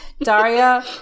Daria